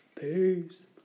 Peace